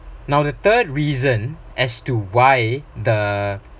now the third reason as to why the